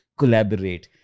collaborate